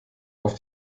auf